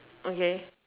okay